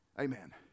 Amen